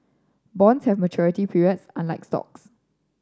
bonds have a maturity period unlike stocks